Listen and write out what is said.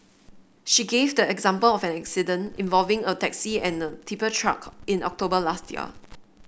she gave the example of an accident involving a taxi and a tipper truck in October last year